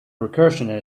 recursion